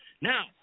Now